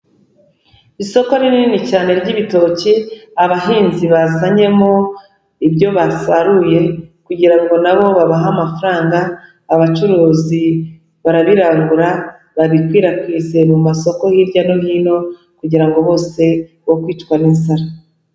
Isoko rinini cyane ry'ibitoki abahinzi bazanyemo ibyo basaruye kugira nabo babahe amafaranga, abacuruzi barabirangura babikwirakwize mu masoko hirya no hino kugira ngo bose bo kwicwa n'inzara.